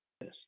Yes